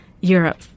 Europe